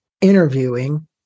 interviewing